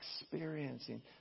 experiencing